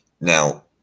now